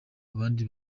abandi